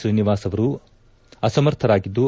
ಶ್ರೀನಿವಾಸ ಅವರು ಅಸಮರ್ಥರಾಗಿದ್ದು